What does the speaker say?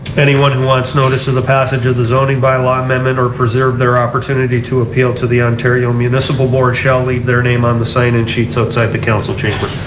anyone who wants notice of the passage of the zoning by-law amendment or preserve their opportunity to appeal to the ontario municipal board shall leave their name on the sign-in sheet so outside the council chamber.